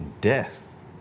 death